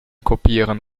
kopieren